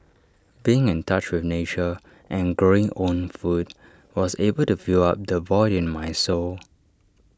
being in touch with nature and growing own food was able to fill up the void in my soul